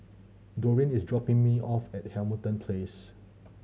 Doreen is dropping me off at Hamilton Place